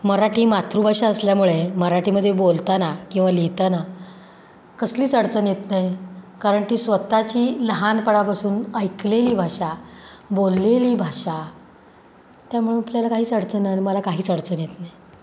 मराठी मातृभाषा असल्यामुळे मराठीमध्ये बोलताना किंवा लिहिताना कसलीच अडचण येत नाही कारण की स्वतःची लहानपणापासून ऐकलेली भाषा बोललेली भाषा त्यामुळं आपल्याला काहीच अडचण मला काहीच अडचण येत नाही